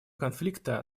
конфликта